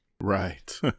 Right